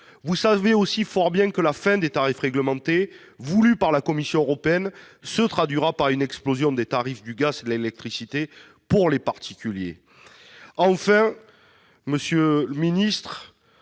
Vous savez aussi fort bien que la fin des tarifs réglementés voulue par la Commission européenne se traduira par une explosion des tarifs du gaz et de l'électricité pour les particuliers. Enfin, monsieur le ministre,